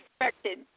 expected